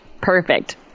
perfect